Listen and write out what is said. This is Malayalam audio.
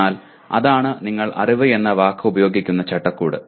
എന്നാൽ അതാണ് നിങ്ങൾ അറിവ് എന്ന വാക്ക് ഉപയോഗിക്കുന്ന ചട്ടക്കൂട്